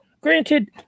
Granted